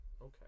Okay